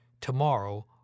Tomorrow